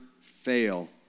fail